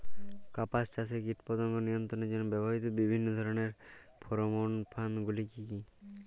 কাপাস চাষে কীটপতঙ্গ নিয়ন্ত্রণের জন্য ব্যবহৃত বিভিন্ন ধরণের ফেরোমোন ফাঁদ গুলি কী?